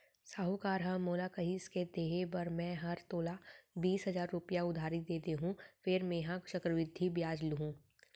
साहूकार ह मोला कहिस के देहे बर मैं हर तोला बीस हजार रूपया उधारी दे देहॅूं फेर मेंहा चक्रबृद्धि बियाल लुहूं